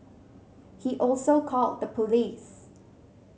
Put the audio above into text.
he also called the police